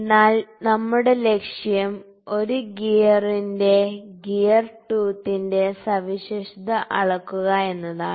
എന്നാൽ നമ്മുടെ ലക്ഷ്യം ഒരു ഗിയറിന്റെ ഗിയർ ടൂത്തിന്റെ സവിശേഷത അളക്കുക എന്നതാണ്